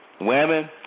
Women